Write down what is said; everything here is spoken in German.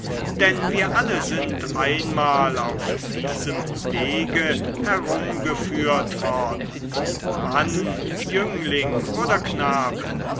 denn wir alle sind einmal auf diesem wege herumgeführt worden mann jüngling oder knabe